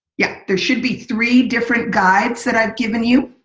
yeah there should be three different guides that i have given you.